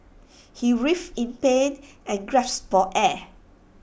he writhed in pain and gasped for air